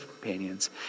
companions